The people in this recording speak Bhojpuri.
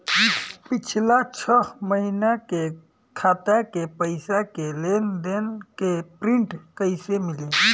पिछला छह महीना के खाता के पइसा के लेन देन के प्रींट कइसे मिली?